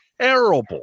terrible